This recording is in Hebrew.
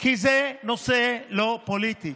כי זה נושא לא פוליטי.